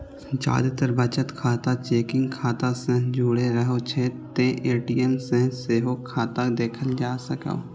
जादेतर बचत खाता चेकिंग खाता सं जुड़ रहै छै, तें ए.टी.एम सं सेहो खाता देखल जा सकैए